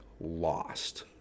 lost